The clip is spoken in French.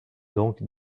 donc